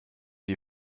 die